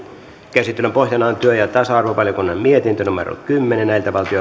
käsittelyn pohjana on työelämä ja tasa arvovaliokunnan mietintö kymmenen